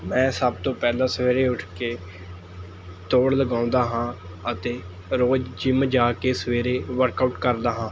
ਮੈਂ ਸਭ ਤੋਂ ਪਹਿਲਾਂ ਸਵੇਰੇ ਉੱਠ ਕੇ ਦੌੜ ਲਗਾਉਂਦਾ ਹਾਂ ਅਤੇ ਰੋਜ਼ ਜਿੰਮ ਜਾ ਕੇ ਸਵੇਰੇ ਵਰਕਆਊਟ ਕਰਦਾ ਹਾਂ